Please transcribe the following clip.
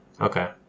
Okay